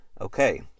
Okay